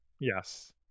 Yes